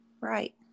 right